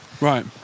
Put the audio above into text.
Right